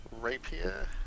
rapier